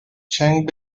cheng